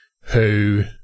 who-